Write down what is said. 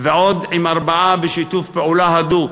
ועם עוד ארבעה בשיתוף פעולה הדוק.